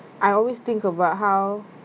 I always think about how